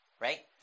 Right